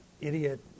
idiot